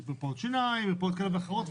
מרפאות שיניים, מרפאות כאלו אחרות.